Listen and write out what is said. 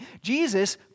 Jesus